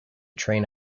train